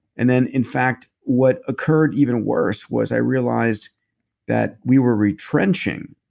and then, in fact, what occurred even worse, was i realized that we were retrenching,